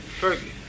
Fergie